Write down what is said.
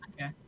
okay